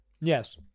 Yes